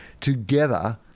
together